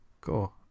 Cool